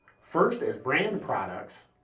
first as brand products,